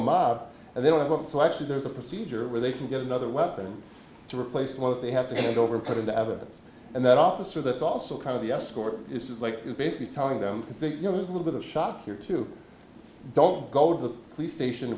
out and they don't have and so actually there's a procedure where they can get another weapon to replace what they have to hand over kind of the evidence and that officer that's also kind of the escort is like basically telling them you know there's a little bit of shock here too don't go to the police station